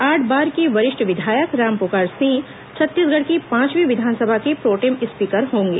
आठ बार के वरिष्ठ विधायक रामपुकार सिंह छत्तीसगढ़ की पांचवीं विधानसभा के प्रोटेम स्पीकर होंगे